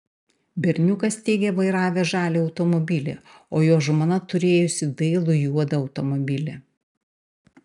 berniukas teigė vairavęs žalią automobilį o jo žmona turėjusi dailų juodą automobilį